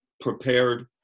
prepared